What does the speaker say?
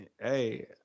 Hey